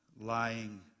lying